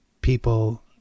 people